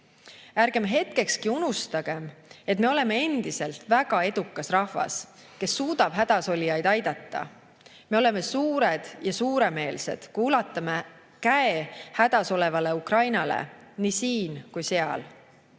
Ärgem hetkekski unustagem, et me oleme endiselt väga edukas rahvas, kes suudab hädasolijaid aidata. Me oleme suured ja suuremeelsed, kui ulatame käe hädasolevale Ukrainale nii siin kui seal.